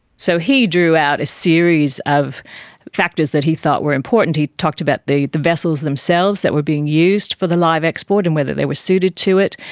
so he drew out a series of factors that he thought were important. he talked about the vessels themselves that were being used for the live export and whether they were suited to it.